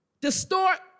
distort